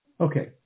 Okay